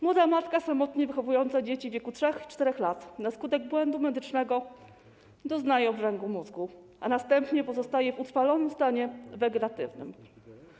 Młoda matka samotnie wychowująca dzieci w wieku 3 i 4 lat na skutek błędu medycznego doznaje obrzęku mózgu, a następnie pozostaje w utrwalonym stanie wegetatywnym.